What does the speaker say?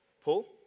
Paul